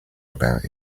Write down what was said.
about